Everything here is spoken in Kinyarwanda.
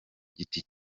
giti